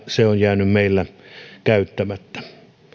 se on jäänyt meillä käyttämättä